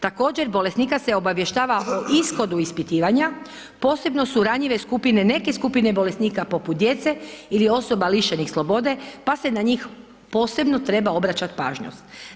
Također, bolesnika se obavještava o ishodu ispitivanja, posebno su ranjive skupine, neke skupine bolesnika poput djece ili osoba lišenih slobode pa se na njih posebno treba obraćat pažnja.